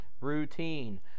routine